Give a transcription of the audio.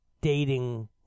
dating